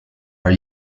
are